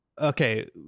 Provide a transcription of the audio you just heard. okay